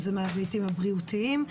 אם זה מההיבטים הבריאותיים,